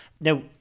now